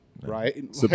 Right